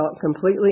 completely